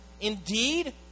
Indeed